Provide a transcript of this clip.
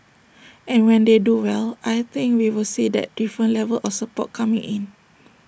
and when they do well I think we will see that different level of support coming in